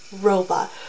robot